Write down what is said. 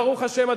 ברוך השם,